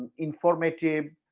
informative,